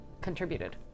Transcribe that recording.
contributed